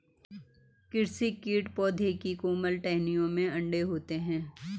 कृषि कीट पौधों की कोमल टहनियों में अंडे देते है